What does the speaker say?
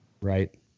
right